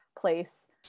place